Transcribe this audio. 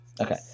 Okay